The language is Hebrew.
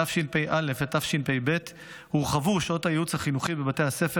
תשפ"א ותשפ"ב הורחבו שעות הייעוץ החינוכי בבתי הספר